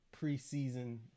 preseason